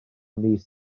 mis